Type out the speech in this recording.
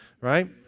right